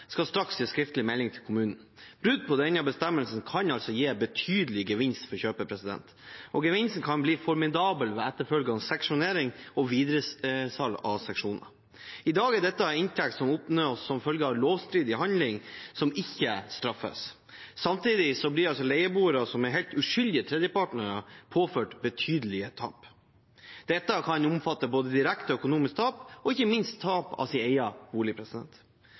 skal straks gi skriftlig melding til kommunen.» Brudd på denne bestemmelsen kan altså gi betydelig gevinst for kjøper. Gevinsten kan bli formidabel ved etterfølgende seksjonering og videresalg av seksjonene. I dag er dette en inntekt som oppnås som følge av en lovstridig handling som ikke straffes. Samtidig blir leieboere som er helt uskyldige tredjeparter, påført betydelige tap. Dette kan omfatte både direkte økonomisk tap og ikke minst tap av egen bolig.